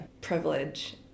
privilege